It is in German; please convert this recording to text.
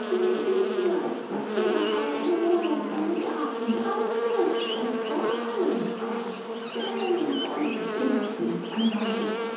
suche du dir als quartiermacher deine wohnung deinen garten alles selbst und vor allem aus wir andern nehmen vorlieb mit dem was du uns anweisest